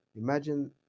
imagine